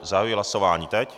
Zahajuji hlasování teď.